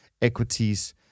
equities